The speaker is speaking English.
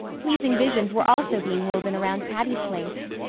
pleasing visions were also being woven around patty's place.